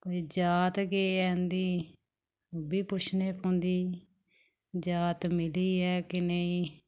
कोई जात केह् ऐ इं'दी ओह् बी पुच्छने पौंदी जात मिली ऐ केह् नेईं